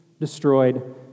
destroyed